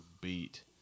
beat